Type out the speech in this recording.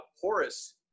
porous